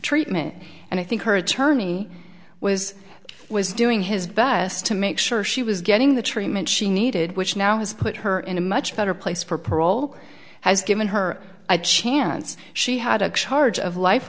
treatment and i think her attorney was was doing his best to make sure she was getting the treatment she needed which now has put her in a much better place for parole has given her a chance she had a charge of life